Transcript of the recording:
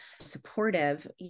supportive